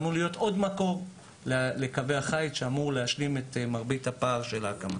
אמור להיות עוד מקור לקווי החיץ שאמור להשלים את מרבית הפער של ההקמה.